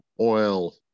oil